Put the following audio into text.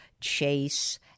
Chase